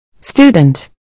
Student